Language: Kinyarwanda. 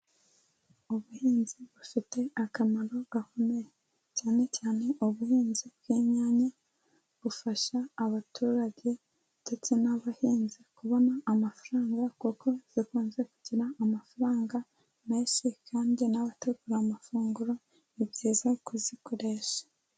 Ubuhinzi bufite akamaro gakomeye, cyane cyane ubuhinzi bw'inyanya bufasha abaturage ndetse n'abahinzi kubona amafaranga kuko zikunze kugira amafaranga menshi kandi n'abategura amafunguro ni byiza kuzikoresha.